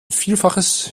vielfaches